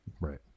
Right